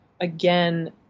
again